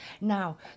Now